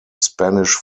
spanish